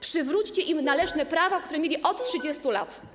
Przywróćcie im należne prawa, które mieli od 30 lat.